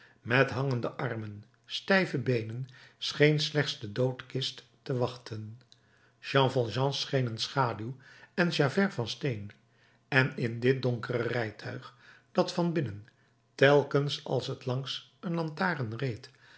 met hangende armen stijve beenen scheen slechts de doodkist te wachten jean valjean scheen een schaduw en javert van steen en in dit donkere rijtuig dat van binnen telkens als het langs een lantaarn reed